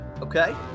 Okay